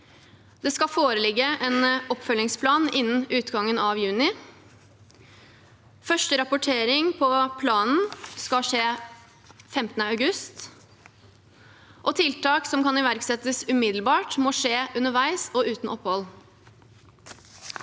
Det skal foreligge en oppfølgingsplan innen utgangen av juni. – Første rapportering på planen skal skje 15. august. – Tiltak som kan iverksettes umiddelbart, må skje underveis og uten opphold.